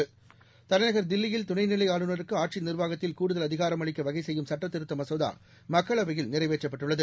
தில்லியில் தலைநகர் துணைநிலைஆளுநருக்குஆட்சிநிர்வாகத்தில் கூடுதல் அதிகாரம் அளிக்கவகைசெய்யும் சட்டத்திருத்தமசோதாமக்களவையில் நிறைவேற்றப்பட்டுள்ளது